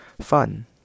fun